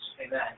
Amen